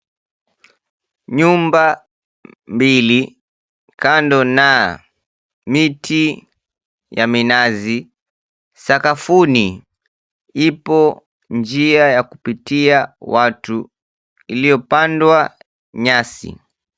Nyumba mbili kando na miti ya minazi. Sakafuni ipo njia ya kupitia watu iliyopandwa nyasi.